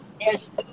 yes